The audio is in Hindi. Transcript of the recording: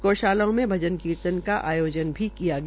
गौशालाओं में भजन कीर्तन का आयोजन भी किया गया